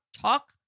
talk